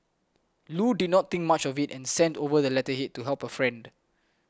Loo did not think much of it and sent over the letterhead to help her friend